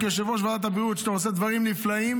כיושב-ראש ועדת הבריאות שעושה דברים נפלאים